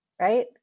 right